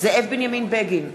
זאב בנימין בגין,